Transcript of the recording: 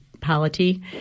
polity